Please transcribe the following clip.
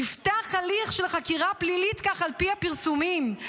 נפתח הליך של חקירה פלילית, כך על פי הפרסומים.